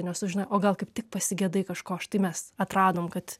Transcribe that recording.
nesužinojai o gal kaip tik pasigedai kažko štai mes atradom kad